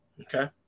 Okay